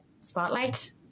spotlight